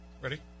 Ready